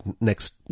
next